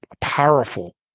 powerful